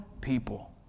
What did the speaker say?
people